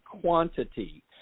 quantity